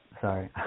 sorry